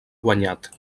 guanyat